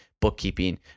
bookkeeping